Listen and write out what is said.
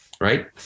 right